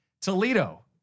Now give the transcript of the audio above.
Toledo